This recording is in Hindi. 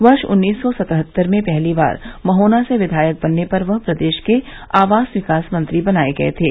वर्ष उन्नीस सौ सतहत्तर में पहली बार महोना से विधायक बनने पर वह प्रदेश के आवास विकास मंत्री बनाये गये थे